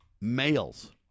males